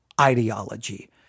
ideology